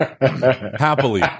happily